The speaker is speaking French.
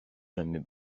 jamais